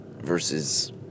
Versus